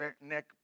Nick